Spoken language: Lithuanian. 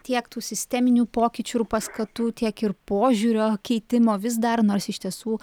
tiek tų sisteminių pokyčių ir paskatų tiek ir požiūrio keitimo vis dar nors iš tiesų